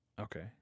Okay